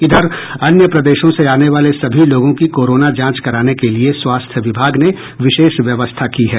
इधर अन्य प्रदेशों से आने वाले सभी लोगों की कोरोना जांच कराने के लिए स्वास्थ्य विभाग ने विशेष व्यवस्था की है